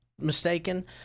mistaken